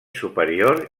superior